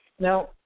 now